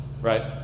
right